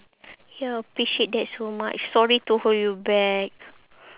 ya appreciate that so much sorry to hold you back